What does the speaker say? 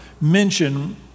mention